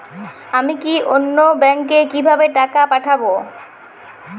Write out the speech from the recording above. আমি অন্য ব্যাংকে কিভাবে টাকা পাঠাব?